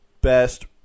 best